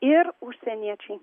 ir užsieniečiai